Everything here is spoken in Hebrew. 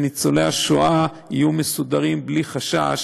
וניצולי השואה יהיו מסודרים בלי חשש